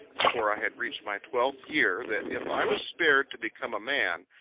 before i had reached my twelfth year, that if i was spared to become a man,